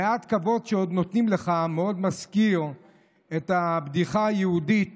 מעט הכבוד שעוד נותנים לך מאוד מזכיר את הבדיחה היהודית